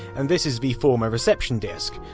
and this is the former reception desk.